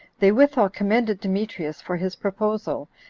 they withal commended demetrius for his proposal,